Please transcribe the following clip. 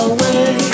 Away